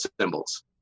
symbols